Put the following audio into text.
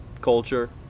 culture